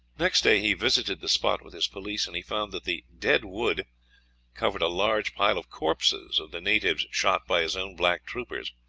next day he visited the spot with his police, and he found that the dead wood covered a large pile of corpses of the natives shot by his own black troopers,